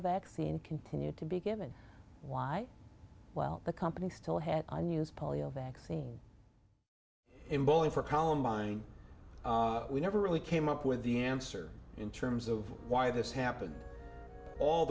vaccine continued to be given why well the company still had the news polio vaccine in bowling for columbine we never really came up with the answer in terms of why this happened all